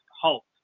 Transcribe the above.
halt